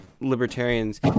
libertarians